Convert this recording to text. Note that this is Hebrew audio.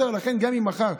הנוכרי.